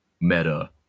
meta